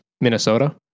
Minnesota